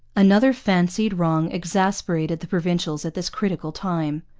another fancied wrong exasperated the provincials at this critical time.